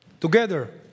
together